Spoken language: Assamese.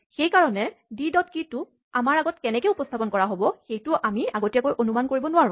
সেইকাৰণে ডি ডট কী টো আমাৰ আগত কেনেকে উপস্হাপন কৰা হ'ব সেইটো আমি অনুমান কৰিব নোৱাৰো